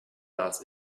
das